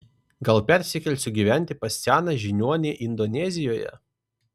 gal persikelsiu gyventi pas seną žiniuonį indonezijoje